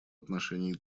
отношении